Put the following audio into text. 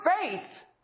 faith